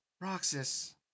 Roxas